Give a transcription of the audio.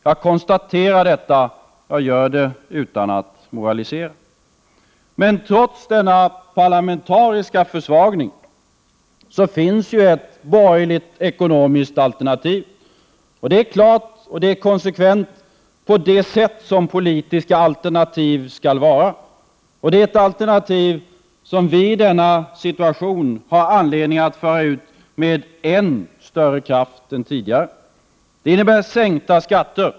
Jag konstaterar detta. Jag moraliserar inte. Men trots denna parlamentariska försvagning, finns ett borgerligt alternativ. Det är klart, och det är konsekvent, på det sätt som politiska alternativ skall vara. Det är ett alternativ som vi i denna situation har all anledning att föra ut med än större kraft än tidigare. Det innebär sänkta skatter.